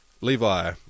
Levi